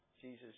Jesus